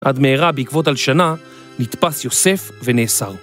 עד מהרה בעקבות הלשנה נתפס יוסף ונאסר.